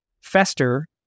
fester